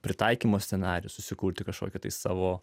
pritaikymo scenarijų susikurti kažkokią tai savo